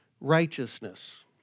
righteousness